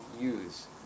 use